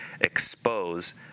expose